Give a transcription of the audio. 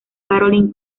caroline